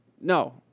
No